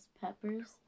peppers